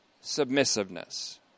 submissiveness